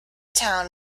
town